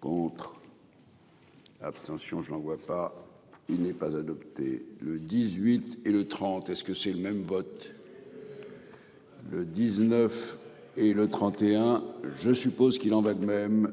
pour. Abstention je l'vois pas il n'est pas adopté le 18 et le 30. Est-ce que c'est le même vote. Le 19 et le 31, je suppose qu'il en va de même